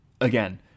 again